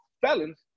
felons